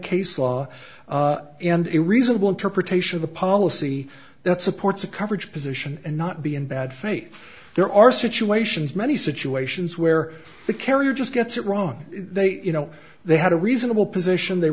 case law and it reasonable interpretation of the policy that supports a coverage position and not be in bad faith there are situations many situations where the carrier just gets it wrong they you know they had a reasonable position they